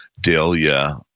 dahlia